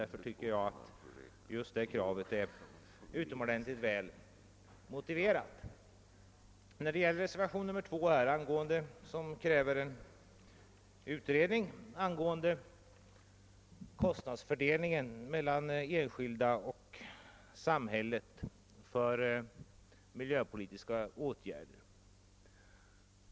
Reservanternas krav är därför utomordentligt väl motiverat. Reservationen 2 kräver en utredning rörande kostnadsfördelningen mellan det allmänna och enskilda på miljövårdsområdet.